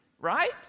Right